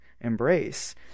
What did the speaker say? embrace